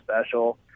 special